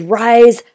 rise